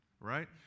right